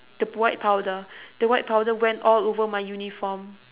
the white powder the white powder went all over my uniform